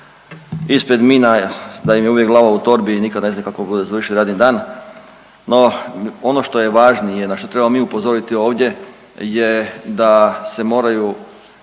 ispred mina, da im je uvijek glava u torbi i nikad ne znaju kako budu završili radni dan, no ono što je važnije, na što trebamo mi upozoriti ovdje je da se moraju